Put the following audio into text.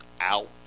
out